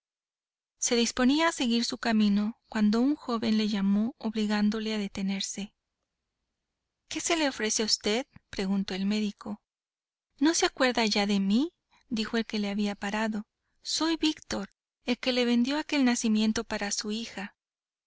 se disponía a seguir su camino cuando un joven le llamó obligándole a detenerse qué se le ofrece a v preguntó el médico no se acuerda v ya de mí dijo el que le había parado soy víctor el que le vendió aquel nacimiento para su hija